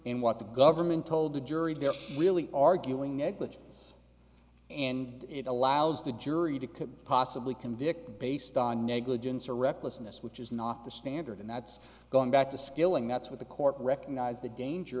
in what the government told the jury they're really arguing negligence and it allows the jury to could possibly convict based on negligence or recklessness which is not the standard and that's going back to skilling that's what the court recognized the danger